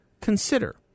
Consider